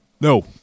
No